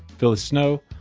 phyllis snow,